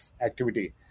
activity